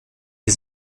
des